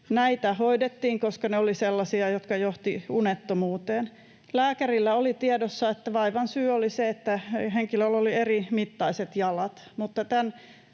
Näitä hoidettiin, koska ne olivat sellaisia, jotka johtivat unettomuuteen. Lääkärillä oli tiedossa, että vaivan syy oli se, että henkilöllä oli erimittaiset jalat,